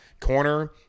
Corner